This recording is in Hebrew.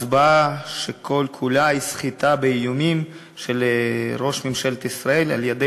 הצבעה שכל-כולה סחיטה באיומים של ראש ממשלת ישראל על-ידי